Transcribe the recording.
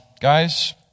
guys